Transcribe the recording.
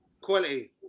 Quality